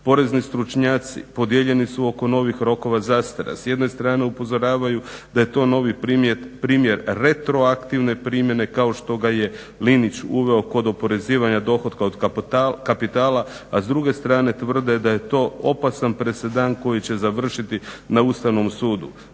Porezni stručnjaci podijeljeni su oko novih rokova zastare, a s jedne strane upozoravaju da je to novi primjer retroaktivne primjene kao što ga je Linić uveo kod oporezivanja dohotka od kapitala, a s druge strane tvrde da je to opasan presedan koji će završiti na Ustavnom sudu."